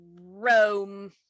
Rome